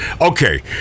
Okay